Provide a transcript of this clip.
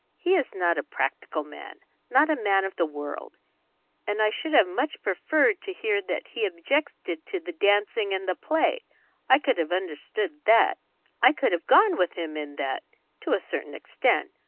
he is not a practical man not a man of the world and i should have much preferred to hear that he objected to the dancing and the play i could have understood that i could have gone with him in that to a certain extent,